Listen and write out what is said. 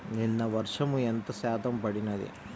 నిన్న వర్షము ఎంత శాతము పడినది?